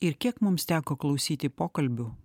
ir kiek mums teko klausyti pokalbių